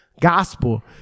gospel